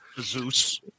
Zeus